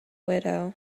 widow